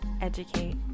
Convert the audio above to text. educate